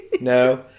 No